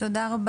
תודה.